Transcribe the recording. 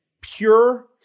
pure